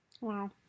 Wow